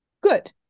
good